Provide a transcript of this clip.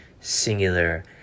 singular